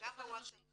גם בוואטס אפ,